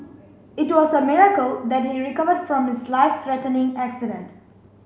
it was a miracle that he recovered from his life threatening accident